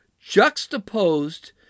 juxtaposed